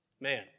man